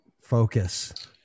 focus